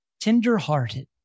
tenderhearted